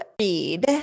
read